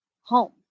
home